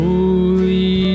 Holy